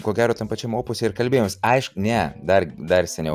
ko gero tam pačiam opuse ir kalbėjomės aišku ne dar dar seniau